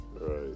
Right